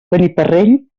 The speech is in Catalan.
beniparrell